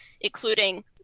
including